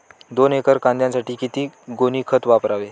दोन एकर कांद्यासाठी किती गोणी खत वापरावे?